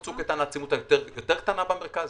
ב"צוק איתן" הייתה עצימות יותר קטנה במרכז,